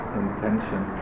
intention